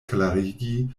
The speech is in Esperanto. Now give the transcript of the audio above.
klarigi